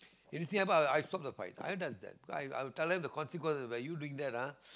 in Singapore I I stop the fight i does that because I I will tell them the consequence by you doing that ah